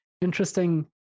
interesting